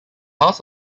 house